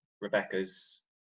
Rebecca's